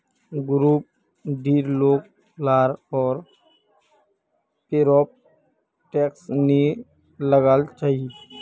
group डीर लोग लार पर पेरोल टैक्स नी लगना चाहि